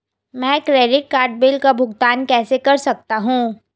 मैं credit card bill का भुगतान कैसे कर सकता हूं?